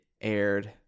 aired